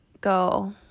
go